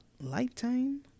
lifetime